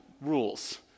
rules